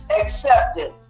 acceptance